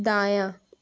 دایاں